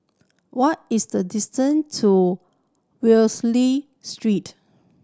what is the distance to Street